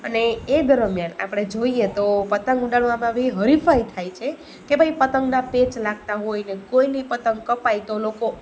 અને એ દરમ્યાન આપણે જોઈએ તો પતંગ ઉડાડવામાં બી હરિફાઈ થાય છે કે ભાઈ પતંગના પેચ લાગતા હોય ને કોઈની પતંગ કપાય તો લોકો